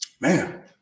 Man